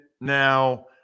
now